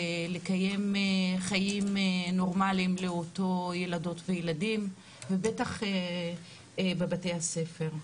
ולקיים חיים נורמליים לאותם ילדים וילדות ובטח בבתי הספר.